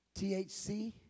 THC